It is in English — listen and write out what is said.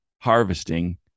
harvesting